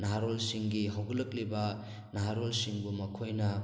ꯅꯍꯥꯔꯣꯜꯁꯤꯡꯒꯤ ꯍꯧꯒꯠꯂꯛꯂꯤꯕ ꯃꯍꯥꯔꯣꯜꯁꯤꯡꯕꯨ ꯃꯈꯣꯏꯅ